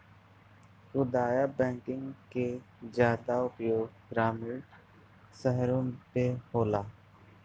खुदरा बैंकिंग के जादा उपयोग ग्रामीन स्तर पे होला